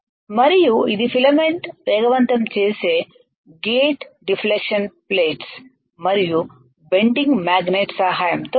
మరియు ఇది ఫిలమెంట్ వేగవంతం చేసే గేట్ డిఫ్లెక్షన్ ప్లేట్స్ మరియు బెండింగ్ మాగ్నెట్ సహాయంతో జరుగుతుంది